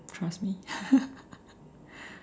trust me